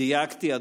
דייקתי?